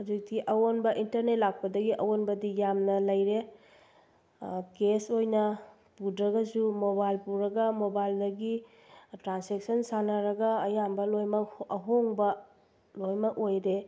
ꯍꯧꯖꯤꯛꯇꯤ ꯑꯑꯣꯟꯕ ꯏꯟꯇꯔꯅꯦꯠ ꯂꯥꯛꯄꯗꯒꯤ ꯑꯑꯣꯟꯕꯗꯤ ꯌꯥꯝꯅ ꯂꯩꯔꯦ ꯀꯦꯁ ꯑꯣꯏꯅ ꯄꯨꯗ꯭ꯔꯒꯁꯨ ꯃꯣꯕꯥꯏꯜ ꯄꯨꯔꯒ ꯃꯣꯕꯥꯏꯜꯗꯒꯤ ꯇ꯭ꯔꯥꯟꯁꯦꯛꯁꯟ ꯁꯥꯟꯅꯔꯒ ꯑꯌꯥꯝꯕ ꯂꯣꯏꯅꯃꯛ ꯑꯍꯣꯡꯕ ꯂꯣꯏꯅꯃꯛ ꯑꯣꯏꯔꯦ